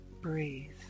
breathe